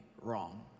wrong